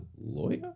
lawyer